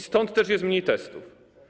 Stąd też jest mniej testów.